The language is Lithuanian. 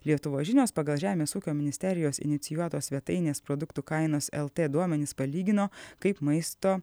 lietuvos žinios pagal žemės ūkio ministerijos inicijuotos svetainės produktų kainos lt duomenis palygino kaip maisto